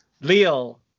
Leo